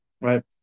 right